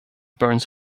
burns